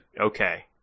Okay